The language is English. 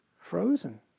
frozen